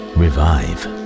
revive